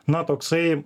na toksai